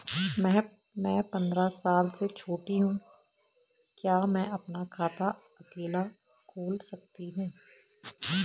मैं पंद्रह साल से छोटी हूँ क्या मैं अपना खाता अकेला खोल सकती हूँ?